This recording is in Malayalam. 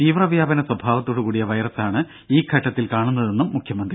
തീവ്രവ്യാപന സ്വഭാവത്തോടുകൂടിയ വൈറസാണ് ഈ ഘട്ടത്തിൽ കാണുന്നതെന്നും മുഖ്യമന്ത്രി